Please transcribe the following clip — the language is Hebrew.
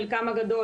חלקם הגדול,